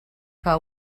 que